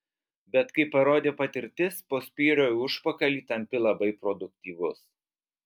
bet kaip parodė patirtis po spyrio į užpakalį tampi labai produktyvus